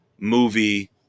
movie